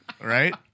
Right